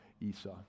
Esau